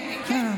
כן.